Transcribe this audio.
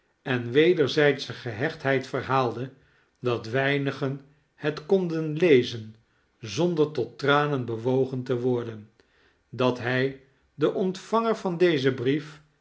en wederzijdsche gehechtheid verhaalde dat weinigen het konden lezen zonder tot tranen bewogen te worden dat hij de ontvanger van dezen brief